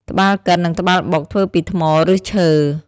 ត្បាល់កិន និងត្បាល់បុក ធ្វើពីថ្ម ឬឈើ។